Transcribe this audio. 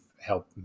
help